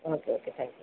okay okay thank you